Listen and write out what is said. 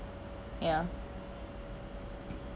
yea